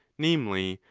namely,